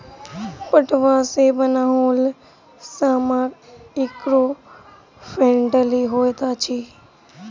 पटुआ सॅ बनाओल सामान ईको फ्रेंडली होइत अछि